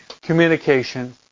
communication